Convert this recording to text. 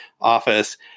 office